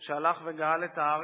שהלך וגאל את הארץ,